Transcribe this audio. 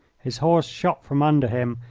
his horse shot from under him,